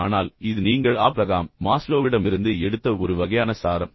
ஆனால் இது நீங்கள் ஆபிரகாம் மாஸ்லோவிடமிருந்து எடுத்த ஒரு வகையான சாரம்